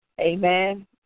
Amen